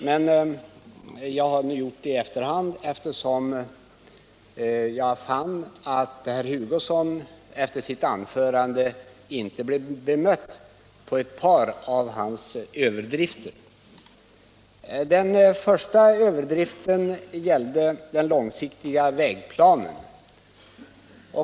Men jag har gjort det i efterhand eftersom jag fann att herr Hugosson efter sitt anförande inte blev bemött på ett par av sina överdrifter. Den första överdriften gällde den långsiktiga vägplanen.